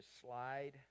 slide